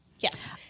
Yes